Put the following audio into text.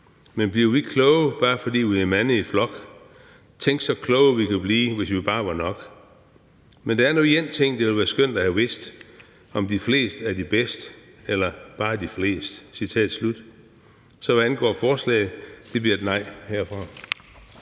Men bliver vi kloge, bare fordi vi er mange i flok?/ Tænk så kloge vi ku' blive, hvis vi bare var nok! /Men der er nu en ting, det ville være skønt at have vidst:/ Om de fleste er de bedste – eller bare de fleste?« Så hvad angår forslaget, bliver det et nej herfra.